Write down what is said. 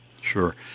Sure